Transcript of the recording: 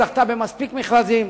"מרמנת" זכתה במספיק מכרזים.